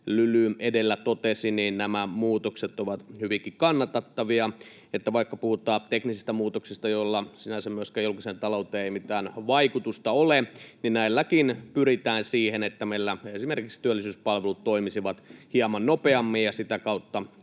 Lyly edellä totesi, nämä muutokset ovat hyvinkin kannatettavia. Eli vaikka puhutaan teknisistä muutoksista, joilla ei sinänsä ole myöskään mitään vaikutusta julkiseen talouteen, niin näilläkin pyritään siihen, että meillä esimerkiksi työllisyyspalvelut toimisivat hieman nopeammin ja sitä kautta